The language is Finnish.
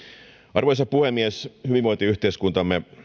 arvoisa puhemies hyvinvointiyhteiskuntamme